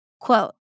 Quote